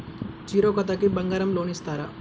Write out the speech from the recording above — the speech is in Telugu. జీరో ఖాతాకి బంగారం లోన్ ఇస్తారా?